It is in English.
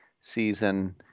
season